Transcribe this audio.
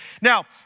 Now